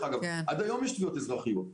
עד היום יש תביעות אזרחיות.